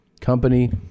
company